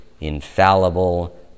infallible